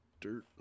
Dirt